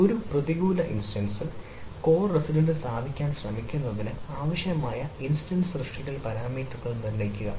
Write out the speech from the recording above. ഒരു പ്രതികൂല ഇൻസ്റ്റൻസസ്ൽ കോ റെസിഡൻസ് സ്ഥാപിക്കാൻ ശ്രമിക്കുന്നതിന് ആവശ്യമായ ഇൻസ്റ്റൻസ് സൃഷ്ടിക്കൽ പാരാമീറ്ററുകൾ നിർണ്ണയിക്കുക